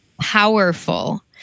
powerful